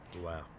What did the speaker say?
wow